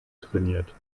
trainiert